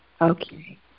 Okay